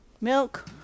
Milk